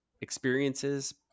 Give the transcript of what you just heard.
experiences